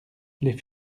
les